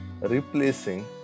replacing